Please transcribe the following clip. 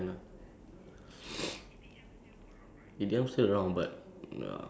like no no Reggaeton you know like those despacito all that that kind of genre ya